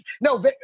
no